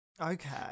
Okay